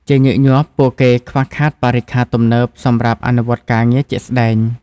ជាញឹកញាប់ពួកគេខ្វះខាតបរិក្ខារទំនើបសម្រាប់អនុវត្តការងារជាក់ស្តែង។